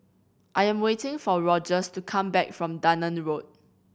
I am waiting for Rogers to come back from Dunearn Road